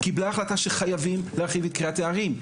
קיבלה החלטה שחייבים להכיל את קריית יערים,